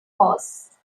force